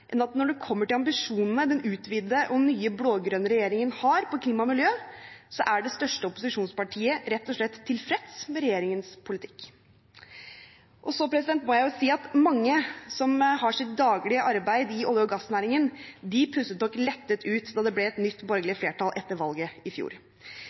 enn at når det kommer til ambisjonene den utvidede og nye, blå-grønne regjeringen har for klima og miljø, så er det største opposisjonspartiet rett og slett tilfreds med regjeringens politikk. Mange som har sitt daglige arbeid i olje- og gassnæringen, pustet nok lettet ut da det ble et nytt